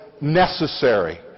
necessary